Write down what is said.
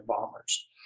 bombers